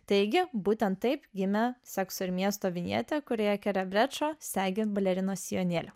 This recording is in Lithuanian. taigi būtent taip gimė sekso ir miesto vilnietė kūrėja kere segi balerinos sijonėliu